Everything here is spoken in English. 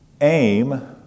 aim